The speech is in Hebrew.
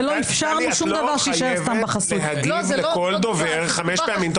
ולא אפשרנו שום דבר שיישאר סתם בחסוי.